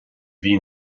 mhí